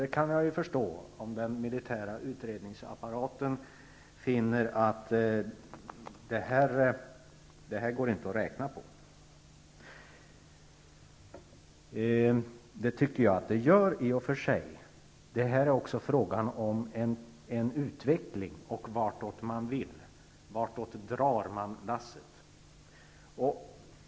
Jag kan förstå om den militära utredningsapparaten finner att det inte går att räkna på det här, även om jag i och för sig tycker att det är möjligt. Det är också en fråga om en utveckling, om vartåt man vill dra lasset.